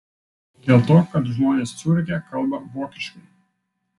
dėl to kad žmonės ciuriche kalba vokiškai